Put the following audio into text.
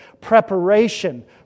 preparation